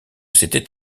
c’était